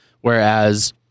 Whereas